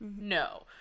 No